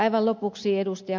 aivan lopuksi ed